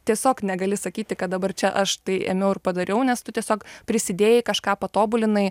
tiesiog negali sakyti kad dabar čia aš tai ėmiau ir padariau nes tu tiesiog prisidėjai kažką patobulinai